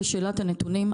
לשאלת הנתונים,